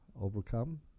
overcome